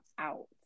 out